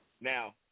now